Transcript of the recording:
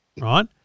right